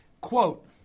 quote